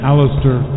Alistair